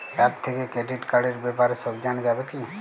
App থেকে credit কার্ডর ব্যাপারে সব জানা যাবে কি?